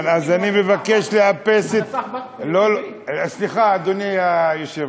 אז אני מבקש לאפס, סליחה, אדוני היושב-ראש,